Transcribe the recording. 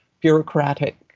bureaucratic